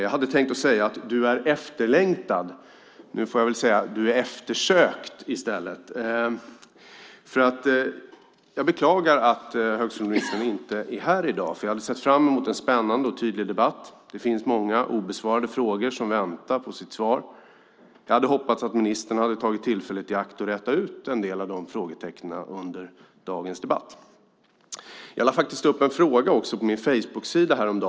Jag hade tänkt säga: Du är efterlängtad. Nu får jag väl i stället säga: Du är eftersökt. Jag beklagar att högskoleministern inte är här i dag, för jag hade sett fram emot en spännande och tydlig debatt. Det finns många obesvarade frågor som väntar på svar. Jag hade hoppats att ministern skulle ta tillfället i akt att räta ut en del av dessa frågetecken under dagens debatt. Jag lade faktiskt upp en fråga på min Facebooksida häromdagen.